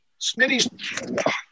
Smitty's